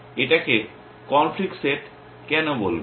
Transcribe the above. এটাকে conflict set কেন বলবেন